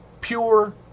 pure